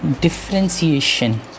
differentiation